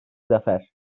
zafer